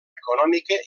econòmica